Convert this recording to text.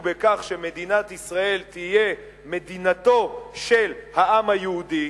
בכך שמדינת ישראל תהיה מדינתו של העם היהודי.